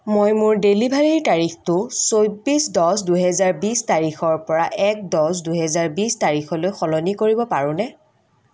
মই মোৰ ডেলিভাৰীৰ তাৰিখটো চৌব্বিছ দছ দুহেজাৰ বিছ তাৰিখৰ পৰা এক দছ দুহেজাৰ বিছ তাৰিখলৈ সলনি কৰিব পাৰোঁনে